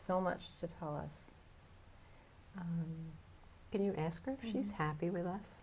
so much to tell us can you ask her if she's happy with us